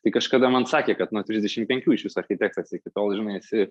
tai kažkada man sakė kad nuo trisdešimt penkių išvis architektas iki tol žinai esi